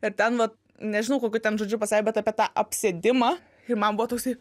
ir ten vat nežinau kokiu ten žodžiu pasakė bet apie tą apsėdimą tai man buvo toksai